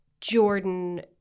Jordan